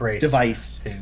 device